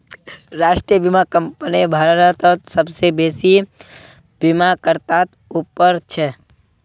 राष्ट्रीय बीमा कंपनी भारतत सबसे बेसि बीमाकर्तात उपर छ